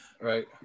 Right